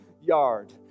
yard